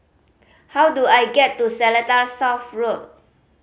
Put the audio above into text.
how do I get to Seletar South Road